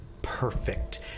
Perfect